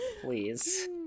Please